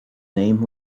name